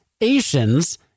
Asians